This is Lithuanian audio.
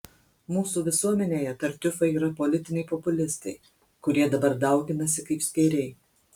mūsų visuomenėje tartiufai yra politiniai populistai kurie dabar dauginasi kaip skėriai